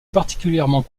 particulièrement